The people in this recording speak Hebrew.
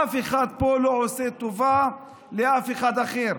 אף אחד פה לא עושה טובה לאף אחד אחר,